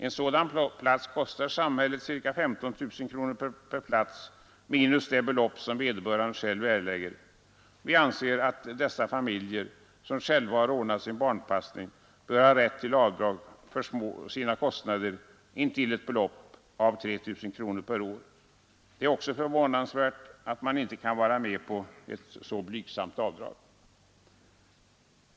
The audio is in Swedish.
En sådan plats kostar samhället ca 15 000 kronor minus det belopp som vederbörande själv erlägger. Vi anser att dessa familjer, som själva har ordnat sin barnpassning, bör ha rätt till avdrag för sina kostnader intill ett belopp av 3 000 kronor per år. Det är förvånansvärt att man inte kan gå med på ett så blygsamt avdrag.